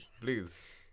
Please